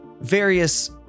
various